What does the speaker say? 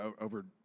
over